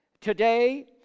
today